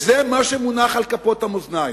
זה מה שמונח על כפות המאזניים.